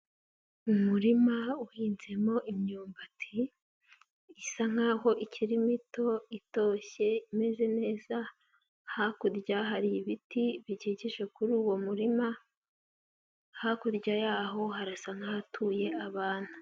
Umurima uhinzemo imyumbati, isa nkaho ikiri mito itoshye imeze neza, hakurya hari ibiti bikikije kuri uwo murima, hakurya yaho harasa nk'ahatuye abantu.